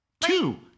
Two